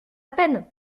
peine